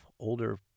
older